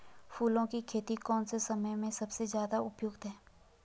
फूलों की खेती कौन से समय में सबसे ज़्यादा उपयुक्त है?